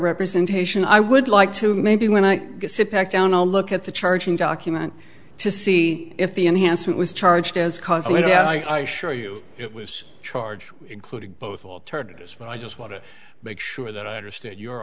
representation i would like to maybe when i sit back down a look at the charging document to see if the enhancement was charged as causal yeah i assure you it was charged including both alternatives but i just want to make sure that i understand your